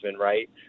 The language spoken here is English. right